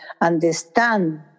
understand